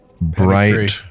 bright